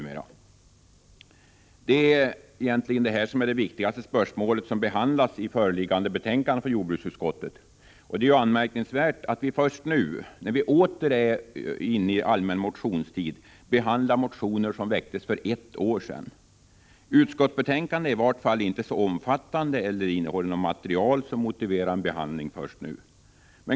Detta är det viktigaste spörsmål som behandlas i föreliggande betänkande från jordbruksutskottet. Det är anmärkningsvärt att vi först nu, när det åter är allmän motionstid, behandlar dessa motioner som väcktes för ett år sedan. Utskottsbetänkandet är i vart fall inte så omfattande eller innehåller material som motiverar en behandling först nu.